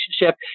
relationship